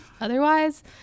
otherwise